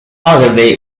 ogilvy